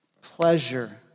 Pleasure